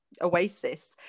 oasis